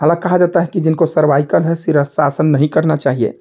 हालाँकि कहा जाता है जिनको सर्वाइकल है शीर्षासन नहीं करना चाहिए